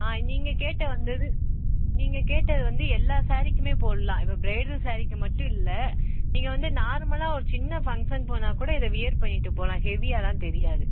ஆ நீங்கள் கேட்டு வந்தது நீங்கள் கேட்டது வந்து எல்லா சாரீக்குமே போடலாம் இப்போ ப்ரைடல் சாரீக்கு மட்டும் இல்லை நீங்கள் வந்து நார்மலாக ஒரு சின்ன பங்ஷன் போனால் கூட இதை வியர் பண்ணிகிட்டுப் போகலாம் ஹெவியாகலாம் தெரியாது